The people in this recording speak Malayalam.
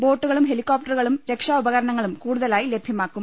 ബോട്ടുകളും ഹെലികോ പ്ടറുകളും രക്ഷാ ഉപകരണങ്ങളും കൂടുതലായി ലഭ്യ മാക്കും